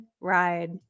ride